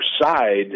side